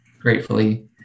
gratefully